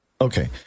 Okay